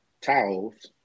towels